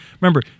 remember